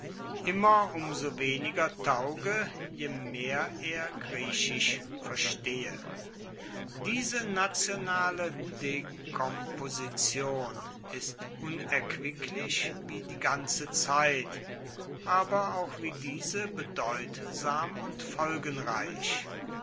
immer um so weniger tauge je mehr er griechisch verstehe diese nationale dekomposition ist unerquicklich wie die ganze zeit aber auch wie diese bedeutsam und folgenreich